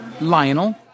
Lionel